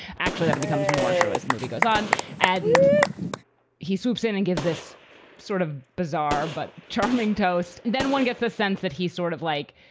actually, that becomes more true as the movie goes on and he swoops in and gives this sort of bizarre but charming toast. then one gets the sense that he's sort of like.